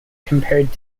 compared